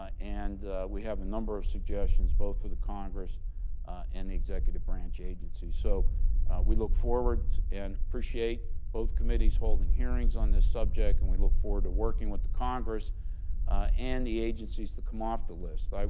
ah and we have a number of suggestions both through the congress and the executive branch agencies. so we look forward and appreciate both committees holding hearings on this subject, and we look forward to working with the congress and the agencies to come off the list. like